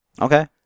Okay